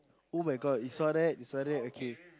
[oh]-my-god you saw that you saw that okay